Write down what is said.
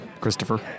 Christopher